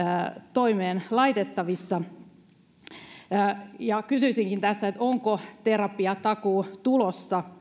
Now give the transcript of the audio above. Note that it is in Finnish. toimeen laitettavissa kysyisin tässä onko terapiatakuu tulossa